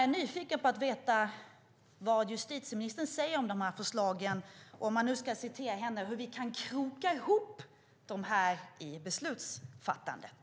Jag är nyfiken på att få veta vad justitieministern säger om de här förslagen och hur hon tycker att vi, för att citera henne, ska "kroka ihop" dem i beslutsfattandet.